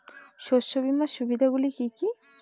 শস্য বীমার সুবিধা গুলি কি কি?